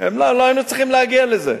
לא היינו צריכים להגיע לזה.